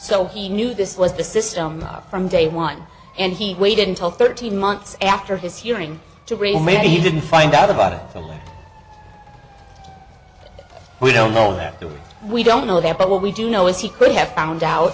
so he knew this was the system from day one and he waited until thirteen months after his hearing to read maybe he didn't find out about the letter we don't know that we don't know there but what we do know is he could have found out